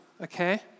Okay